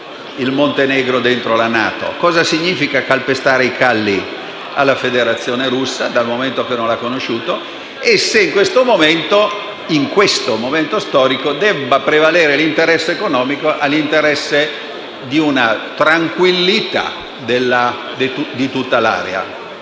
il Montenegro all'interno della NATO, cosa significa pestare i calli alla Federazione russa dal momento che non lo ha conosciuto e se in questo momento storico debba prevalere l'interesse economico a quello della tranquillità di tutta l'area.